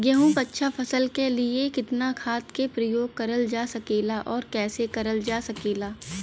गेहूँक अच्छा फसल क लिए कितना खाद के प्रयोग करल जा सकेला और कैसे करल जा सकेला?